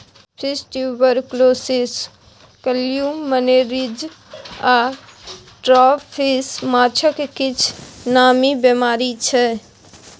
fish tuberculosis, columnaris आ dropsy माछक किछ नामी बेमारी छै